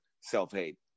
self-hate